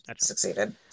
succeeded